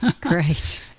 Great